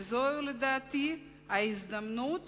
וזו לדעתי ההזדמנות